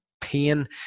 pain